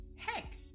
Heck